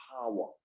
power